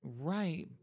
Right